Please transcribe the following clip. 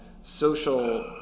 social